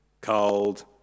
cold